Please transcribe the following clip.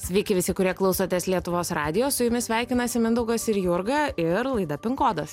sveiki visi kurie klausotės lietuvos radijo su jumis sveikinasi mindaugas ir jurga ir laida pinkodas